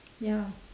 ya